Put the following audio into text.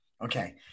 Okay